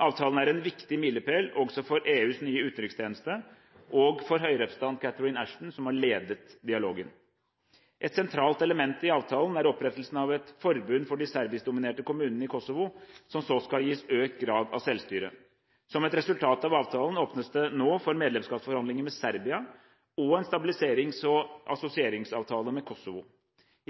Avtalen er en viktig milepæl også for EUs nye utenrikstjeneste og for høyrepresentant Catherine Ashton, som har ledet dialogen. Et sentralt element i avtalen er opprettelsen av et forbund for de serbisk dominerte kommunene i Kosovo, som nå skal gis økt grad av selvstyre. Som et resultat av avtalen åpnes det nå for medlemskapsforhandlinger med Serbia og en stabiliserings- og assosieringsavtale med Kosovo.